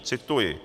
Cituji: